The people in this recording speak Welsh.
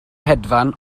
hedfan